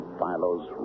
Philo's